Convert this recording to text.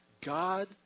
God